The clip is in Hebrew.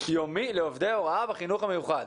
יומי לעובדי הוראה בחינוך המיוחד".